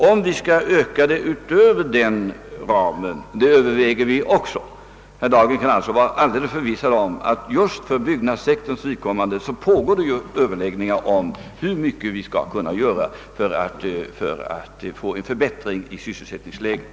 Vi öÖöverväger också om vi skall kunna öka igångsättningen utöver denna ram. Herr Dahlgren kan alltså vara alldeles förvissad om att det just beträffande byggnadssektorn pågår överläggningar om hur mycket som skall göras i syfte att förbättra sysselsättningsläget.